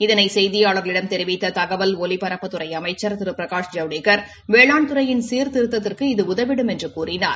இதனை செய்தியாளா்களிடம் தெரிவித்த தகவல் ஒலிபரப்புத்துறை அமைச்ச் திரு பிரகாஷ் ஜவடேக்கா் வேளாண் துறையின் சீர்திருத்தத்திற்கு இது உதவிடும் என்று கூறினார்